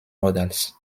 models